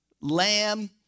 lamb